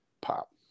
pop